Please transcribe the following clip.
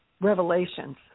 Revelations